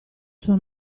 suo